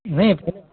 में फिर